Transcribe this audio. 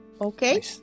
okay